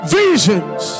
visions